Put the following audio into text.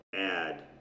add